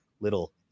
little